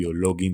ביולוגיים,